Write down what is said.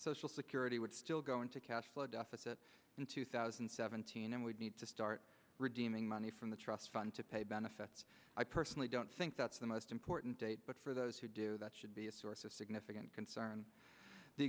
social security would still go into cash flow deficit in two thousand and seventeen and would need to start redeeming money from the trust fund to pay benefits i personally don't think that's the most important date but for those who do that should be a source of significant concern the